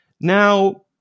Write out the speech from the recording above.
Now